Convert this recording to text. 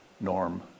Norm